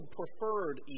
preferred